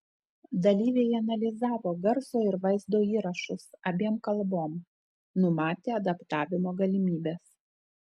dalyviai analizavo garso ir vaizdo įrašus abiem kalbom numatė adaptavimo galimybes